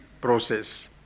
process